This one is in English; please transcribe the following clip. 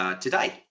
today